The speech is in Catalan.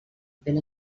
ben